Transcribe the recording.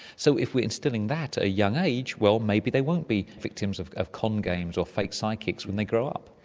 so if we're instilling that at a young age, well, maybe they won't be victims of of con games or fake psychics when they grow up.